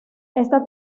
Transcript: esta